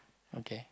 okay